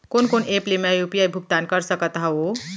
कोन कोन एप ले मैं यू.पी.आई भुगतान कर सकत हओं?